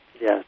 Yes